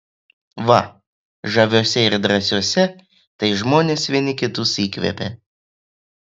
va žaviuose ir drąsiuose tai žmonės vieni kitus įkvepia